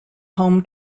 home